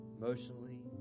emotionally